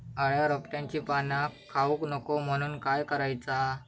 अळ्या रोपट्यांची पाना खाऊक नको म्हणून काय करायचा?